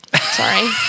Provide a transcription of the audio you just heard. sorry